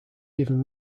even